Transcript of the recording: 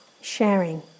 sharing